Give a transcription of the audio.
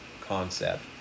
concept